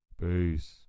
Peace